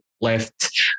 left